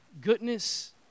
goodness